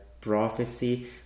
prophecy